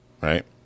right